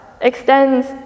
extends